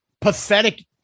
pathetic